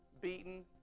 beaten